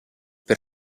per